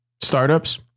Startups